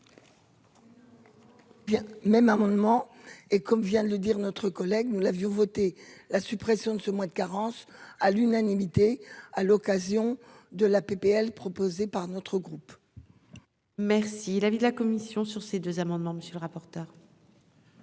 même amendement et comme vient de le dire, notre collègue, nous l'avions voté la suppression de ce mois de carence à l'unanimité, à l'occasion de la PPL proposé par notre groupe. Merci l'avis de la commission sur ces deux amendements, monsieur le rapporteur.